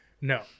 No